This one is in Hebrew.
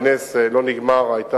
בנס זה לא נגמר באסון.